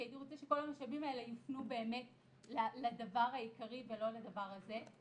כי הייתי רוצה שכל המשאבים האלה יופנו באמת לדבר העיקרי ולא לדבר הזה.